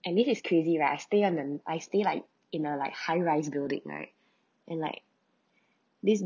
and this is crazy like I stay on the I stay like in a like high rise building right and like this